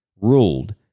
ruled